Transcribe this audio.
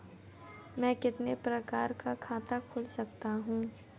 मैं कितने प्रकार का खाता खोल सकता हूँ?